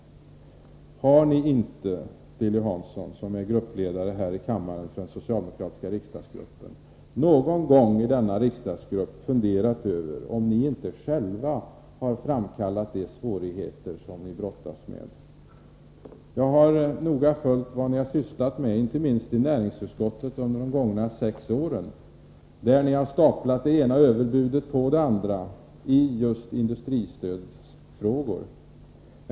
Har ni inte, Lilly Hansson, som är gruppledare här i kammaren för den socialdemokratiska gruppen, någon gång i riksdagsgruppen funderat över om ni inte själva har framkallat de svårigheter som ni brottas med? Jag har noga följt vad ni har sysslat med under de gångna sex åren, inte minst i näringsutskottet, där ni har staplat det ena överbudet på det andra i just industristödsfrågor.